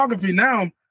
now